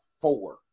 four